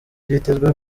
vyitezwe